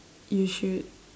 you should